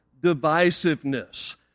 divisiveness